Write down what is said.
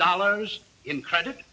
dollars in credit